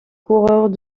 coureurs